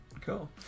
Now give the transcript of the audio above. Cool